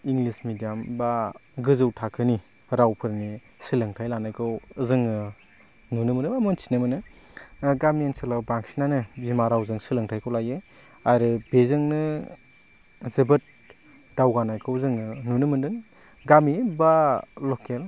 English medium बा गोजौ थाखोनि रावफोरनि सोलोंथाइ लानायखौ जोङो नुनो मोनो मोन्थिनो मोनो गामि ओनसोलाव बांसिनानो बिमा रावजों सोलोंथाइखौ लायो आरो बेजोंनो जोबोद दावगानायखौ जोङो नुनो मोन्दों गामि बा लकेल